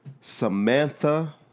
Samantha